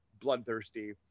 bloodthirsty